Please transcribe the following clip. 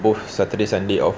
both saturday sunday off